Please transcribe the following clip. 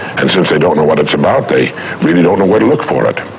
and since they don't know what it's about they really don't know where to look for it.